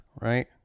right